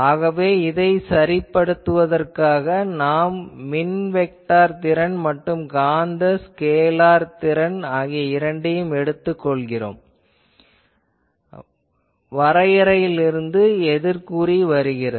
ஆகவே இதை சரிபடுத்துவதற்காக நாம் மின் வெக்டார் திறன் மற்றும் காந்த ஸ்கேலார் திறன் ஆகிய இரண்டையும் எடுத்துக் கொள்கிறோம் வரையறையில் இருந்து எதிர்குறி வருகிறது